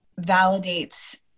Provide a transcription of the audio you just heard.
validates